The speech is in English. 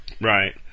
Right